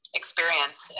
experience